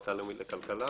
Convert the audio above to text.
המועצה הלאומית לכלכלה,